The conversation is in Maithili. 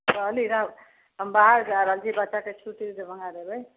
कहली हे हम बाहर जाय रहल छी बच्चा के छुट्टी डेट बढा देबै